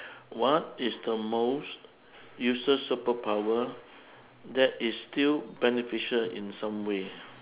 what is the most useless super power that is still beneficial in some way